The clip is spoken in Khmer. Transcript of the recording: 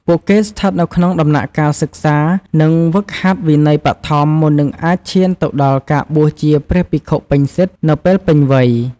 ពួកគេស្ថិតនៅក្នុងដំណាក់កាលសិក្សា និងហ្វឹកហាត់វិន័យបឋម មុននឹងអាចឈានទៅដល់ការបួសជាព្រះភិក្ខុពេញសិទ្ធិនៅពេលពេញវ័យ។